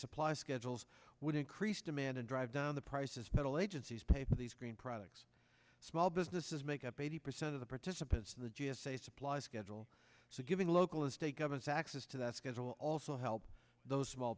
supply schedules would increase demand and drive down the prices federal agencies pay for these green products small businesses make up eighty percent of the participants in the g s a supplies schedule so giving local and state governments access to the skies will also help those small